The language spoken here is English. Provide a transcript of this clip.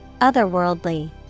Otherworldly